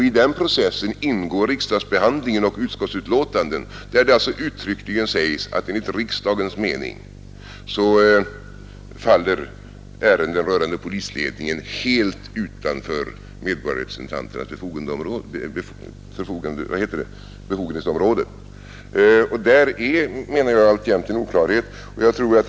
I den processen ingår riksdagsbehandlingen och utskottsbetänkandet, där det uttryckligen sägs att enligt riksdagens mening faller ärenden rörande polisledning helt utanför medborgarrepresentanternas befogenhetsområde. Där är, menar jag, alltjämt en oklarhet.